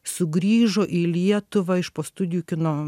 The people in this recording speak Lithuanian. sugrįžo į lietuvą iš po studijų kino